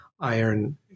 iron